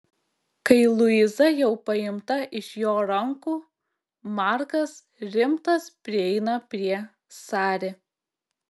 kai luiza jau paimta iš jo rankų markas rimtas prieina prie sari